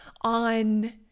on